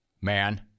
man